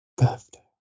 Birthday